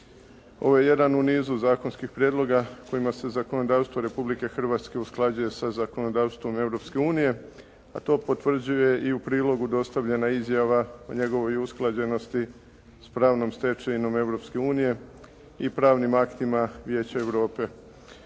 Ovo je jedan u nizu zakonskih prijedloga kojima se zakonodavstvo Republike Hrvatske usklađuje sa zakonodavstvom Europske unije, a to potvrđuje i u prilogu dostavljena izjava o njegovoj usklađenosti s pravnom stečevinom Europske unije i pravnim aktima Vijeća Europe.